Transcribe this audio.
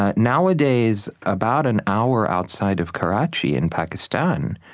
ah nowadays, about an hour outside of karachi in pakistan,